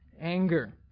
anger